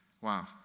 Wow